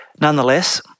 nonetheless